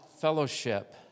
fellowship